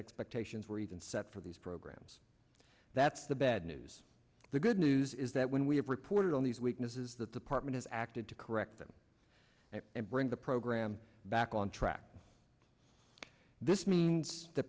expectations were even set for these programs that's the bad news the good news is that when we have reported on these weaknesses that the partment has acted to correct them and bring the program back on track this means th